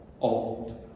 old